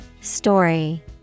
Story